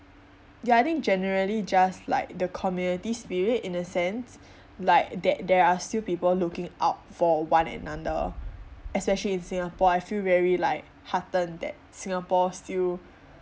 ya I think generally just like the community spirit in a sense like that there are still people looking out for one another especially in singapore I feel very like heartened that singapore still